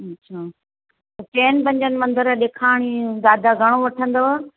अच्छा चयनि पन्जनि मन्दर ॾेखारण जो चार्ज घणो वठंदव